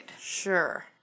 Sure